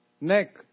neck